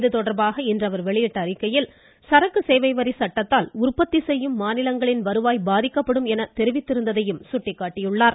இதுதொடர்பாக இன்று அவர் வெளியிட்ட அறிக்கையில் சரக்கு சேவை வரி சட்டத்தால் உற்பத்தி செய்யும் மாநிலங்களின் வருவாய் பாதிக்கப்படும் என தெரிவித்திருந்ததையும் சுட்டிக்காட்டியுள்ளார்